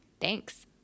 Thanks